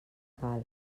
cal